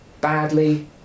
Badly